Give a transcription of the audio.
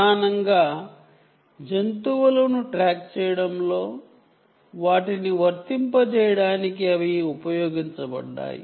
ప్రధానంగా జంతువులను ట్రాక్ చేయడంలో అవి ఉపయోగించబడ్డాయి